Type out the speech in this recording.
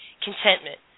contentment